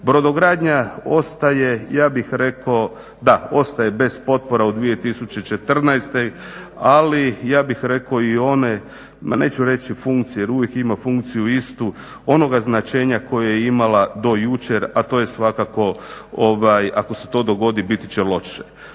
Brodogradnja ostaje ja bih rekao, da, ostaje bez potpora u 2014., ali ja bih rekao i one, ma neću reći funkcije jer uvijek ima funkciju istu, onoga značenja koje je imala do jučer, a to je svakako ako se to dogodi biti će loše.